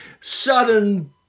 Sudden